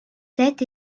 sept